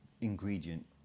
ingredient